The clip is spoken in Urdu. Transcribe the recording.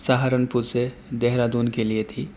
سہارنپور سے دہرادون کے لیے تھی